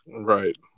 Right